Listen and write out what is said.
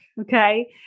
okay